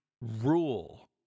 Rule